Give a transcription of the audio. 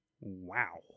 wow